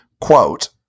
quote